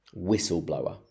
Whistleblower